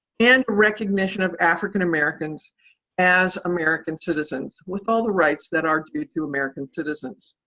and recognition of african-americans as american citizens with all the rights that are due to american citizens.